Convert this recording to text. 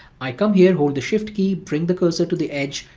i come here, hold the shift key, bring the cursor to the edge,